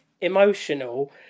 emotional